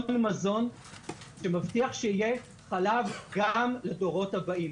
למזון שמבטיח שיהיה חלב גם לדורות הבאים.